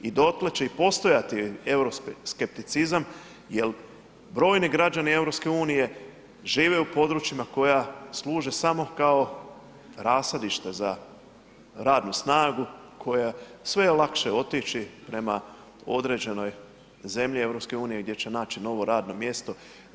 I dotle će i postojati europski skepticizam jel brojni građani EU žive u područjima koja služe samo kao rasadište za radnu snagu, sve je lakše otići prema određenoj zemlji EU gdje će naći novo radno mjesto.